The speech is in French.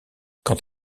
quant